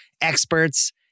experts